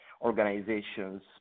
organizations